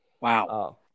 Wow